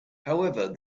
however